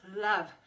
love